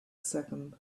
second